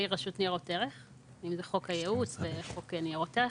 רשות ניירות ערך; בחוק הייעוץ ובחוק ניירות ערך.